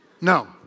no